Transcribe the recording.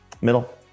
Middle